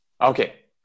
Okay